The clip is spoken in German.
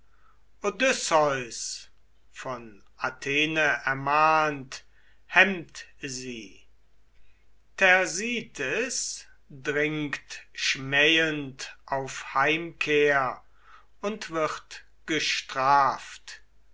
von athene ermahnt hemmt sie thersites dringt schmähend auf heimkehr und wird gestraft